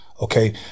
Okay